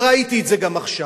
וראיתי את זה גם עכשיו.